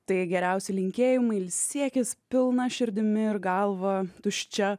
tai geriausi linkėjimai ilsėkis pilna širdimi ir galva tuščia